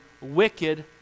wicked